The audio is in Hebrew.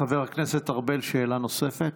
חבר הכנסת ארבל, שאלה נוספת.